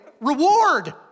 Reward